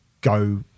go